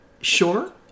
Sure